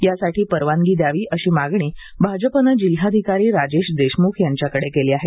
यासाठी परवानगी द्यावी अशी मागणी भाजपनं जिल्हाधिकारी राजेश देशमुख यांच्याकडे केली आहे